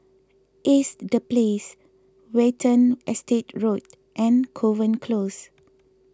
Ace the Place Watten Estate Road and Kovan Close